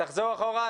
תחזור אחורה.